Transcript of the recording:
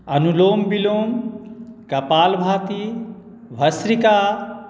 अनुलोम विलोम कपालभाती भस्रिका